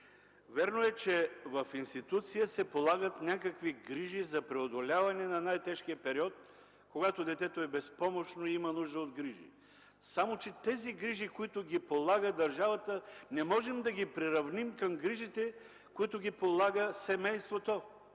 Вярно е, че в институцията се полагат някакви грижи за преодоляване на най-тежкия период, когато детето е безпомощно и има нужда от грижи. Грижите, които полага държавата, не можем обаче да приравним с грижите, които полага семейството